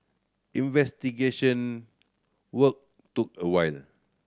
investigation work took a wine